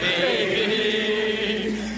baby